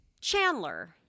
Chandler